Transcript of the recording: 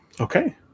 Okay